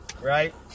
right